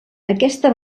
aquesta